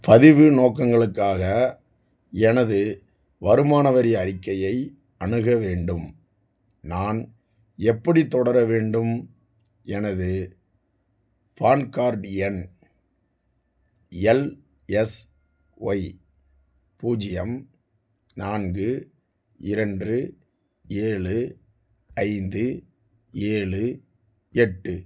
பதிவு நோக்கங்களுக்காக எனது வருமான வரி அறிக்கையை அணுக வேண்டும் நான் எப்படி தொடர வேண்டும் எனது பான் கார்ட் எண் எல்எஸ்ஒய் பூஜ்யம் நான்கு இரண்டு ஏழு ஐந்து ஏழு எட்டு